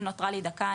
אם נותרה לי דקה,